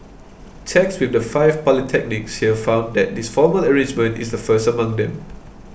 checks with the five polytechnics here found that this formal arrangement is the first among them